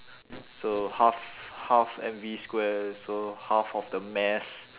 so half half M V square so half of the mass